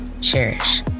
Cherish